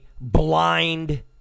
blind